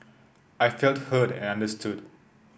I felt heard and understood